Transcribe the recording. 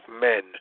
men